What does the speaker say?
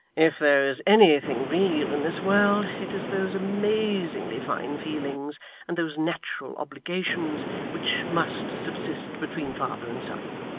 if there is anything real in this world, it is those amazingly fine feelings and those natural obligations which must subsist between father and son.